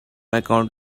account